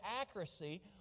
accuracy